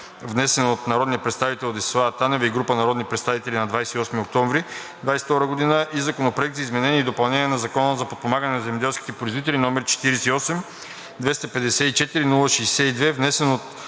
внесен от народния представител Десислава Танева и група народни представители на 28 октомври 2022 г., и Законопроект за изменение и допълнение на Закона за подпомагане на земеделските производители, № 48-254-01-62, внесен от